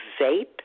vape